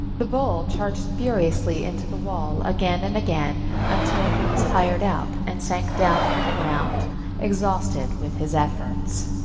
the bull charged furiously into the wall again and again until he was tired out, and sank down on the ground exhausted with his efforts.